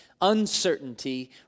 uncertainty